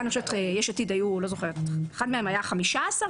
באחת מהן היו 15,